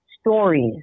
stories